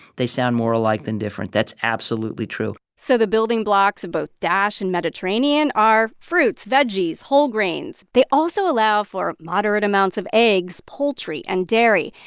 they sound more alike than different. that's absolutely true so the building blocks of both dash and mediterranean are fruits, veggies, whole grains. they also allow for moderate amounts of eggs, poultry and dairy.